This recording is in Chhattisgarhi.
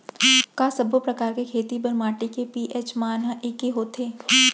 का सब्बो प्रकार के खेती बर माटी के पी.एच मान ह एकै होथे?